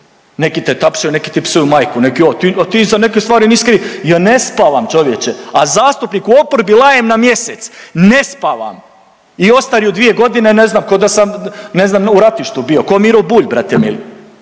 neki te tapšaju, neki ti psuju majku, neki ovo, a ti za neke stvari nisi kriv, ja ne spavam čovječe, a zastupnik u oporbi laje na mjesec, ne spavam i ostario 2 godine, ne znam ko da sam ne znam u ratištu bio, ko Miro Bulj brate mili.